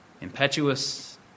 impetuous